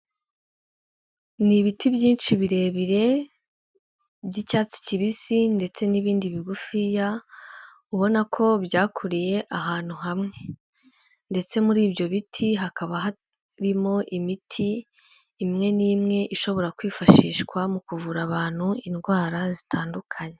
Ni ibiti byinshi birebire by'icyatsi kibisi ndetse n'ibindi bigufiya, ubona ko byakuriye ahantu hamwe, ndetse muri ibyo biti hakaba haririmo imiti imwe n'imwe ishobora kwifashishwa mu kuvura abantu indwara zitandukanye.